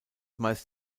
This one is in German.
meist